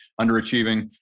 underachieving